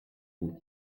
vous